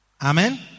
Amen